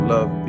Love